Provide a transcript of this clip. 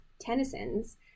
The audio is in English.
Tennyson's